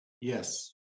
Yes